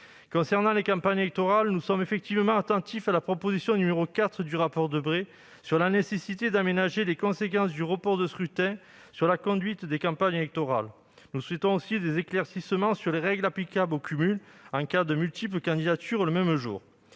Concernant les campagnes électorales, nous sommes effectivement attentifs à la proposition n° 4 du rapport de Jean-Louis Debré, mentionnant la nécessité d'« aménager les conséquences du report des scrutins sur la conduite des campagnes électorales ». Nous souhaitons aussi des éclaircissements sur les règles applicables au cumul en cas de multiples candidatures le même jour.